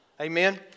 Amen